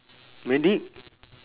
medic